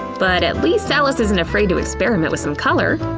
but at least alice isn't afraid to experiment with some color!